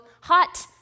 hot